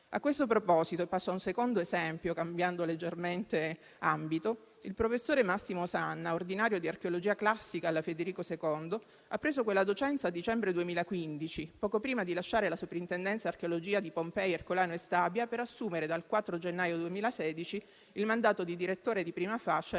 A questo proposito - passo a un secondo esempio, cambiando leggermente ambito - il professor Massimo Sanna, ordinario di archeologia classica all'Università Federico II ha preso quella docenza nel dicembre 2015, poco prima di lasciare la soprintendenza archeologica di Pompei, Ercolano e Stabia per assumere dal 4 gennaio 2016 il mandato di direttore di prima fascia